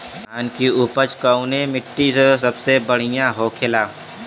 धान की उपज कवने मिट्टी में सबसे बढ़ियां होखेला?